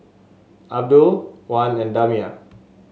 Abdul Wan and Damia